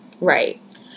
Right